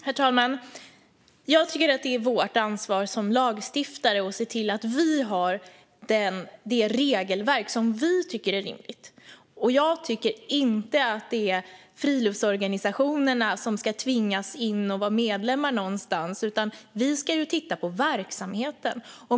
Herr talman! Jag tycker att det är vårt ansvar som lagstiftare att se till att vi har ett rimligt regelverk. Jag tycker inte att friluftsorganisationerna ska tvingas in och vara medlemmar någonstans, utan vi ska titta på verksamheten.